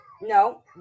no